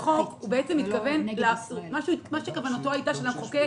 לחוק, כוונתו של המחוקק